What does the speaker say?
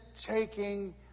taking